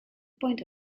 point